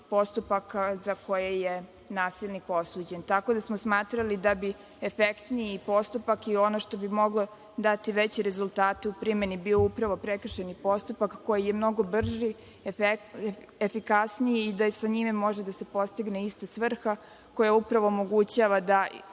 postupaka za koje je nasilnik osuđen. Tako da smo smatrali da bi efektniji postupak i ono što bi moglo dati veće rezultate u primeni bio upravo prekršajni postupak koji je mnogo brži, efikasniji i da sa njime može da se postigne ista svrha koja upravo omogućava da